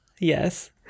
Yes